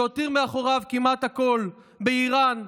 שהותיר מאחוריו כמעט הכול באיראן,